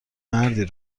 مردی